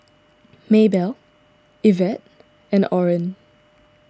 Maebelle Yvette and Oren